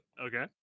Okay